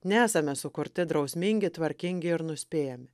nesame sukurti drausmingi tvarkingi ir nuspėjami